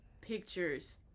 pictures